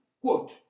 quote